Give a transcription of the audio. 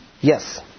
Yes